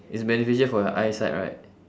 it's beneficial for your eyesight right